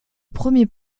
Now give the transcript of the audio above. premier